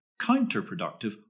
counterproductive